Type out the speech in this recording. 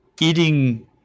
eating